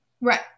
Right